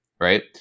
right